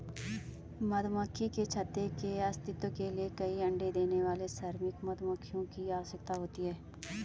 मधुमक्खी के छत्ते के अस्तित्व के लिए कई अण्डे देने वाली श्रमिक मधुमक्खियों की आवश्यकता होती है